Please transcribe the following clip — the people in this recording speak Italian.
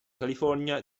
california